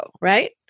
right